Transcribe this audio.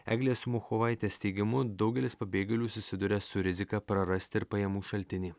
eglės samuchovaitės teigimu daugelis pabėgėlių susiduria su rizika prarasti ir pajamų šaltinį